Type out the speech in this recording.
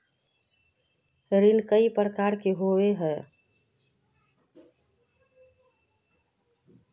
ऋण कई प्रकार होए है?